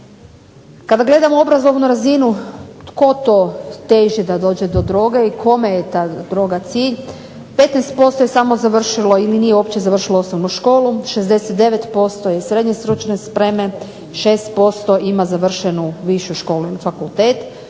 Kada gledamo obrazovnu razinu tko to teži da dođe do droge i kome je ta droga cilj, 15% je samo završili ili uopće nije završilo osnovnu školu, 69% je SSS, 6% ima završenu višu školu i fakultet.